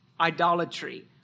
idolatry